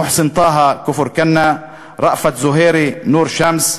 מוחסן טאהא מכפר-כנא, ראפת זוהירי מנור-שמס,